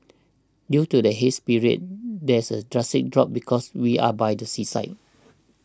due to the haze period there a drastic drop because we are by the seaside